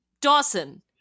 Dawson